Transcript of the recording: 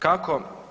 Kako?